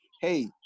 hey